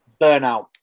Burnout